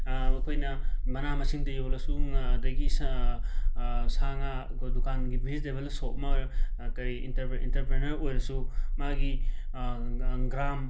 ꯑꯩꯈꯣꯏꯅ ꯃꯅꯥ ꯃꯁꯤꯡꯗ ꯌꯣꯜꯂꯁꯨ ꯑꯗꯒꯤ ꯁ ꯁꯥ ꯉꯥ ꯈꯣꯏ ꯗꯨꯀꯥꯟꯒꯤ ꯚꯤꯖꯤꯇꯦꯕꯜ ꯁꯣꯞ ꯑꯃ ꯑꯣꯏꯔꯣ ꯀꯔꯤ ꯏꯟꯇꯔ ꯏꯟꯇꯔꯄ꯭ꯔꯦꯅꯔ ꯑꯣꯏꯔꯁꯨ ꯃꯥꯒꯤ ꯒ꯭ꯔꯥꯝ